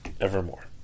evermore